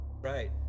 Right